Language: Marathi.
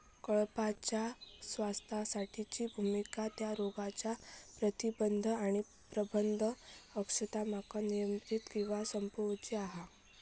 कळपाच्या स्वास्थ्यासाठीची भुमिका त्या रोगांच्या प्रतिबंध आणि प्रबंधन अक्षमतांका नियंत्रित किंवा संपवूची हा